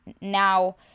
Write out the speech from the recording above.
Now